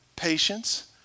Patience